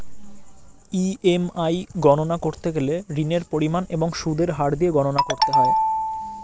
EMI গণনা করতে গেলে ঋণের পরিমাণ এবং সুদের হার দিয়ে গণনা করতে হয়